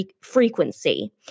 frequency